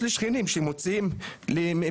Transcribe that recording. יש לי שכנים שמוציאים מסבתא,